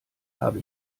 habe